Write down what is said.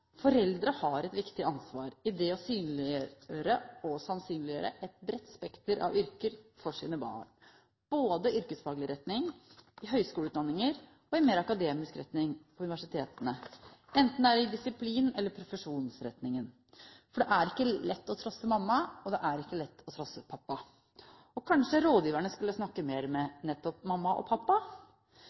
Foreldre har et viktig ansvar for å synliggjøre og sannsynliggjøre et bredt spekter av yrker for sine barn, både yrkesfaglig retning, høyskoleutdanninger og mer akademiske retninger på universitetene, enten det er i disiplin- eller profesjonsretningen. Det er ikke lett å trosse mamma, og det er ikke lett å trosse pappa. Kanskje rådgiverne skulle snakket mer med nettopp mamma og pappa,